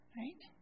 right